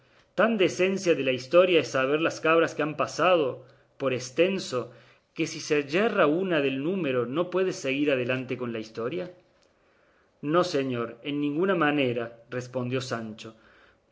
tan de esencia de la historia es saber las cabras que han pasado por estenso que si se yerra una del número no puedes seguir adelante con la historia no señor en ninguna manera respondió sancho